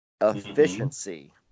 Efficiency